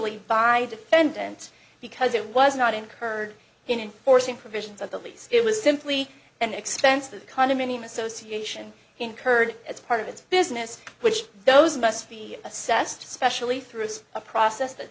by defendant because it was not incurred in forcing provisions of the lease it was simply an expense that condominium association incurred as part of its business which those must be assessed specially through a process